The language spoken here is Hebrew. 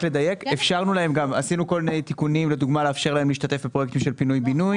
אפשרנו להם להשתתף בפרויקטים של פינוי-בינוי.